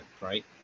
right